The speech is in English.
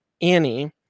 Annie